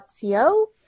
co